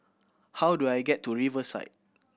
how do I get to Riverside